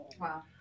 Wow